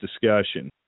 discussion